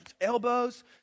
elbows